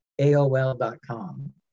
AOL.com